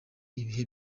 ibihe